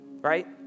right